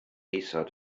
isod